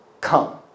come